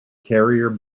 carrier